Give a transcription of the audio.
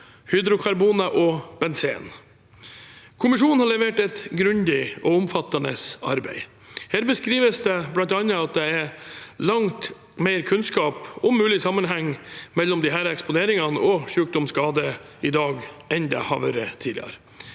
hydrokarboner og benzen. Kommisjonen har levert et grundig og omfattende arbeid. Det beskrives bl.a. at det er langt mer kunnskap om mulig sammenheng mellom disse eksponeringene og sykdom og skade i dag enn det har vært tidligere.